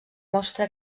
mostra